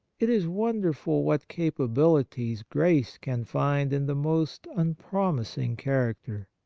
it is wonder ful what capabihties grace can find in the most unpromising character.